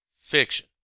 Fiction